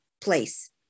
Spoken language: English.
place